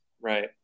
Right